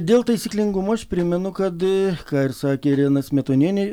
dėl taisyklingumo aš primenu kad tai ką ir sakė irena smetonienė